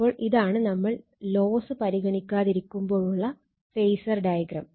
അപ്പോൾ ഇതാണ് നമ്മൾ ലോസ് പരിഗണിക്കാതിരിക്കുമ്പോഴുള്ള ഫേസർ ഡയഗ്രം